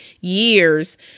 years